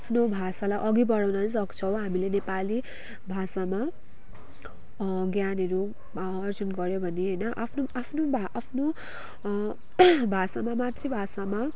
आफ्नो भाषालाई अगि बढाउन नि सक्छौँ हामीले नेपाली भाषामा ज्ञानहरू आर्जन गऱ्यौँ भने होइन आफ्नो आफ्नो भा आफ्नो भाषामा मातृ भाषामा